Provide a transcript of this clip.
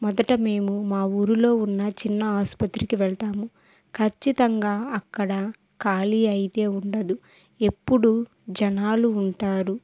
మొదట మేము మా ఊరిలో ఉన్న చిన్న ఆసుపత్రికి వెళ్తాము ఖచ్చితంగా అక్కడ ఖాళీ అయితే ఉండదు ఎప్పుడు జనాలు ఉంటారు